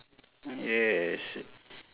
yes